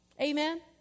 Amen